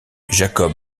jakob